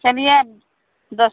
चलिए आप दस